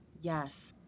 yes